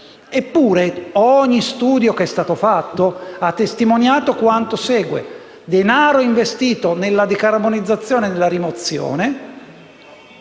Eppure, ogni studio fatto ha testimoniato quanto segue: il denaro investito nella decarbonizzazione e nella rimozione